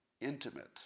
intimate